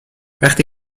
وقتی